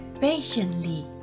patiently